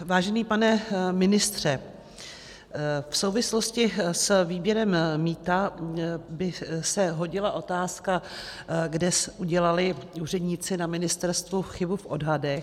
Vážený pane ministře, v souvislosti s výběrem mýta by se hodila otázka, kde udělali úředníci na ministerstvu chybu v odhadech.